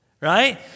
Right